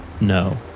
no